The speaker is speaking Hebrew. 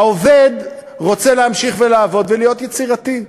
העובד רוצה להמשיך ולעבוד ולהיות יצירתי,